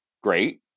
great